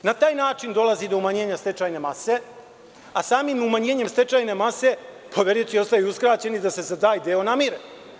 Na taj način, dolazi do umanjenja stečajne mase, a samim umanjenjem stečajne mase, verujte ostaju uskraćeni da se za taj deo namire.